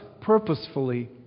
purposefully